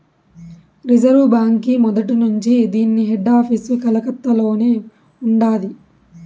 reserve బాంకీ మొదట్నుంచీ దీన్ని హెడాపీసు కలకత్తలోనే ఉండాది